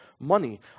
money